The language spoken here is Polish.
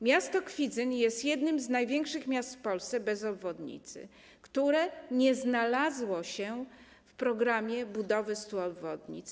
Miasto Kwidzyn jest jednym z największych miast w Polsce bez obwodnicy, które nie znalazły się w programie budowy 100 obwodnic.